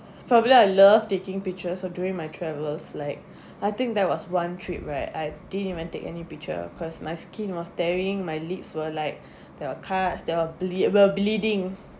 probably I love taking pictures during my travels like I think there was one trip right I didn't even take any picture cause my skin was tearing my lips were like there were cuts there will bleed will bleeding